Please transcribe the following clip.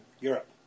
Europe